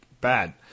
bad